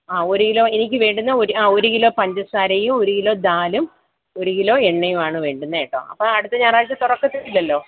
ആ ഒരു കിലോ എനിക്ക് വേണ്ടുന്ന ആ ഒരു കിലോ പഞ്ചസാരയും ഒരു കിലോ ദാലും ഒരു കിലോ എണ്ണയും ആണ് വേണ്ടുന്നേത് കേട്ടോ അപ്പം അടുത്ത ഞായറാഴ്ച തുറക്കത്തില്ലല്ലോ